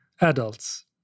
adults